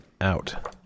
out